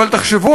אבל תחשבו,